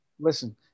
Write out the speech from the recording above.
Listen